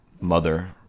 mother